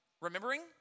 remembering